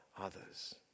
others